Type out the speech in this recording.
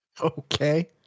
Okay